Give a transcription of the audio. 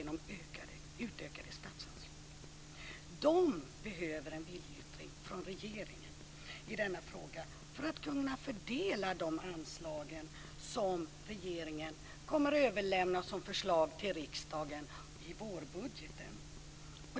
Rikspolisstyrelsen behöver en viljeyttring från regeringen i denna fråga för att kunna fördela de anslag som regeringen kommer att överlämna som förslag till riksdagen i vårbudgeten.